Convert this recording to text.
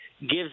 gives